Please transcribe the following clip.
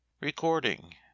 Recording